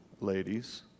ladies